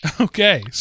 Okay